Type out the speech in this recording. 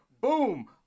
boom